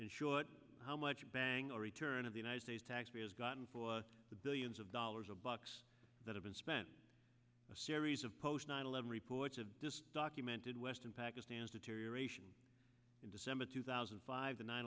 in short how much bang or return of the united states taxpayers gotten for the billions of dollars a box that have been spent in a series of post nine eleven reports of this documented western pakistan's deterioration in december two thousand and five